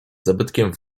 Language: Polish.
zabytkiem